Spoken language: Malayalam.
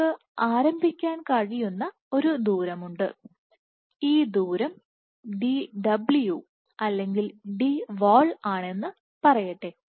നിങ്ങൾക്ക് ആരംഭിക്കാൻ കഴിയുന്ന ഒരു ദൂരമുണ്ട് ഈ ദൂരം Dw അല്ലെങ്കിൽ Dwall ആണെന്ന് പറയട്ടെ